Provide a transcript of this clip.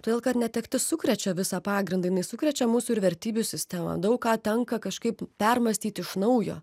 todėl kad netektis sukrečia visą pagrindą jinai sukrečia mūsų ir vertybių sistemą daug ką tenka kažkaip permąstyt iš naujo